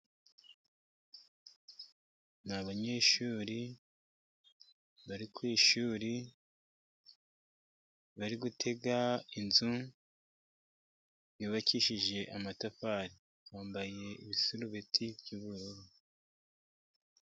Ni abanyeshuri bari ku ishuri, bari gutega inzu yubakishije amatafari, bambaye ibisarubeti by'ubururu.